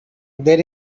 there